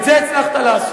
את זה הצלחת לעשות.